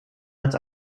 als